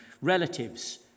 relatives